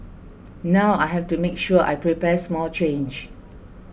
now I have to make sure I prepare small change